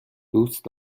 دوست